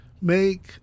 make